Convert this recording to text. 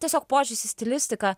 tiesiog požiūris į stilistiką